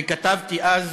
וכתבתי אז